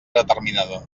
determinada